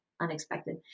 unexpected